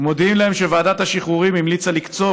ומודיעים להם שוועדת השחרורים המליצה לקצוב